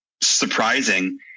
surprising